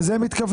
לזה הם מתכוונים.